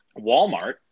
Walmart